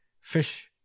Fish